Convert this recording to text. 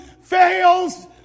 fails